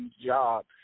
job